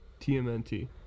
TMNT